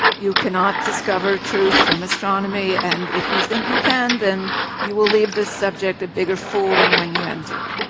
you can not discover truth from astronomy and if you think you can, then you will leave this subject a bigger fool than when you entered.